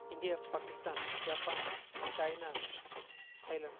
India Pakistan Japan China Thailand